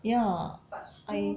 ya I